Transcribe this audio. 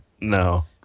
No